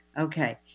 Okay